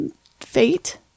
fate